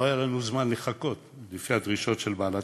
לא היה לנו זמן, לפי הדרישות של בעלת-הבית,